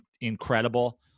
incredible